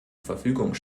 verfügung